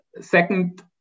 second